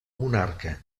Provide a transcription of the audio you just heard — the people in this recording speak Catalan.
monarca